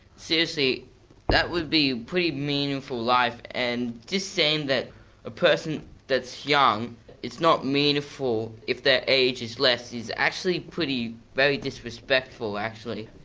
seriously that would be a pretty meaningful life, and just saying that a person that's young is not meaningful if their age is less, is actually pretty very disrespectful actually.